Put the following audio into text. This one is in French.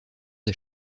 des